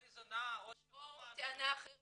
או היא זונה, או שהאמא --- או טענה אחרת